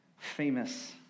Famous